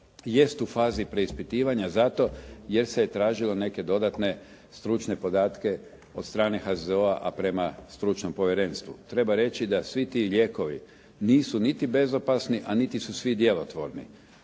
jest u fazi preispitivanja zato jer se tražilo neke dodatne stručne podatke od strane HZZO-a a prema stručnom povjerenstvu. Treba reći da svi ti lijekovi nisu niti bezopasni, a niti su svi djelotvorni.